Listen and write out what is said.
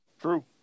True